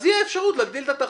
אז תהיה אפשרות להגדיל את התחרות.